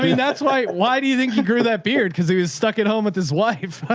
i mean that's why, why do you think he grew that beard? cause he was stuck at home with his wife.